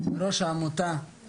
ראש העמותה